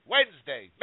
Wednesday